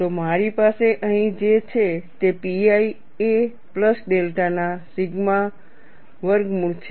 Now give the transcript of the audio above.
તો મારી પાસે અહીં જે છે તે pi a પ્લસ ડેલ્ટા ના સિગ્મા વર્ગમૂળ છે